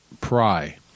Pry